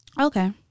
Okay